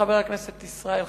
וחבר הכנסת ישראל חסון.